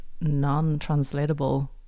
non-translatable